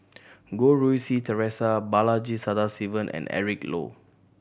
Goh Rui Si Theresa Balaji Sadasivan and Eric Low